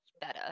better